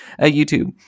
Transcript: YouTube